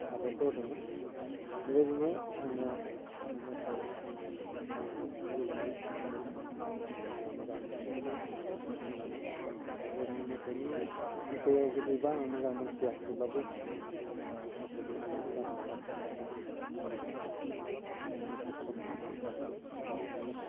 साबायखर होदोंमोन बेबायदिनो आङो मेथाइ बेबायदिनो खनोमोन आरो मोजां मोनोमोन खन्नानै बेबायदिनो मेथाइनि बिसयाव जुदिबा आङो मोजां मोनथिया थेवब्लाबो मेथाइ खन्नानै मोजां मोनग्राखाय आङो मेथाइ खनोमोन आरो मेथाइ